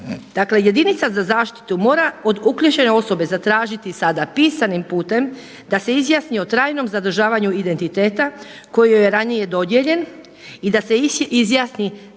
Dakle jedinica za zaštitu mora od … osobe zatražiti sada pisanim putem da se izjasni o trajnom zadržavanju identiteta koji joj je ranije dodijeljen i da se izjasni